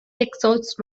exhaust